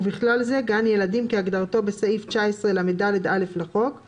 ובכלל זה גן ילדים כהגדרתו בסעיף 19לד)א( לחוק;